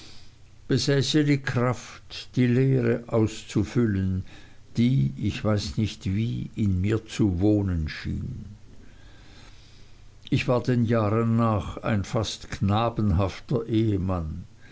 die kraft die leere auszufüllen die ich weiß nicht wie in mir zu wohnen schien ich war den jahren nach ein fast knabenhafter ehemann